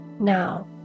Now